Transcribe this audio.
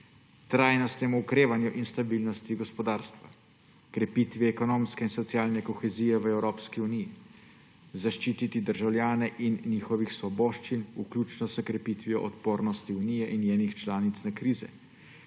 trajnostnemu okrevanju in stabilnosti gospodarstva; krepitvi ekonomske in socialne kohezije v Evropski uniji; zaščiti državljanov in njihovih svoboščin, vključno s krepitvijo odpornosti Unije in njenih članic na krize;